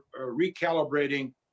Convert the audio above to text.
recalibrating